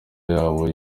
yawo